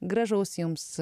gražaus jums